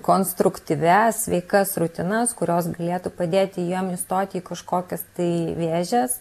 konstruktyvias sveikas srutinas kurios galėtų padėti jiem įstoti į kažkokias tai vėžes